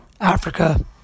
Africa